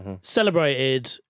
celebrated